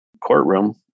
courtroom